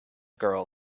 girl